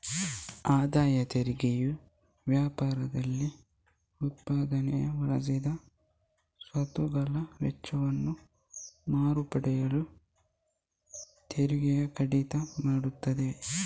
ಆದಾಯ ತೆರಿಗೆಯು ವ್ಯಾಪಾರದಲ್ಲಿ ಉತ್ಪಾದನೆಗೆ ಬಳಸಿದ ಸ್ವತ್ತುಗಳ ವೆಚ್ಚವನ್ನ ಮರು ಪಡೆಯಲು ತೆರಿಗೆ ಕಡಿತ ಮಾಡ್ತವೆ